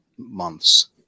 months